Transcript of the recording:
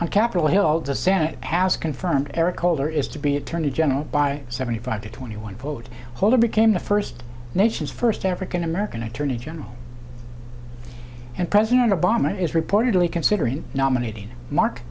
on capitol hill the senate has confirmed eric holder is to be attorney general by seventy five to twenty one vote holder became the first nation's first african american attorney general and president obama is reportedly considering nominating mark